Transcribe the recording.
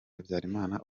habyarimana